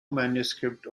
manuscript